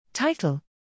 Title